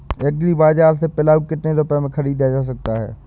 Agree बाजार से पिलाऊ कितनी रुपये में ख़रीदा जा सकता है?